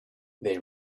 they